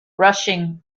rushing